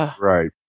Right